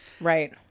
Right